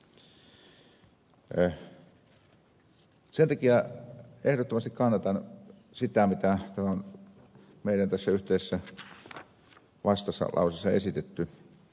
sen takia ehdottomasti kannatan sitä mitä tässä meidän yhteisessä vastalauseessamme on esitetty